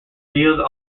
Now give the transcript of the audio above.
diels